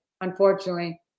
unfortunately